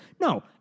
No